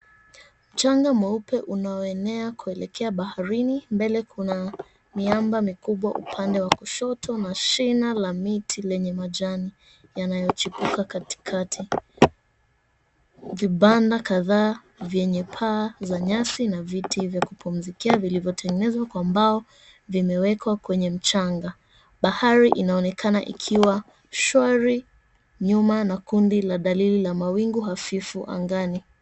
Mchanga mweupe unayo enea kuelekea baharini, mbele kuna miamba mikubwa upande wa kushoto na shina la mti wenye majani yanayochipuka katikati. Vibanda kadhaa vyenye paa za nyasi na viti vya kupumzikia vilivyotenngenezwa kwa mbao vimewekwa kwenye mchanga. Bahari inaonekana ikiwa shwari nyuma na kundi la dalili la mawingu hafifu angani.